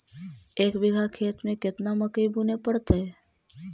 एक बिघा खेत में केतना मकई बुने पड़तै?